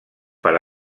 per